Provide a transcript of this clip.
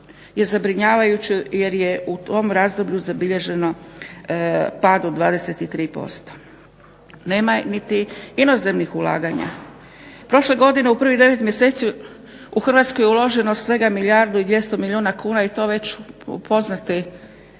je zabrinjavajuć jer je u ovom razdoblju zabilježeno pad od 23%. Nema niti inozemnih ulaganja. Prošle godine u prvih 9 mjeseci u Hrvatskoj je uloženo svega milijardu i 200 milijuna kuna i to već u poznate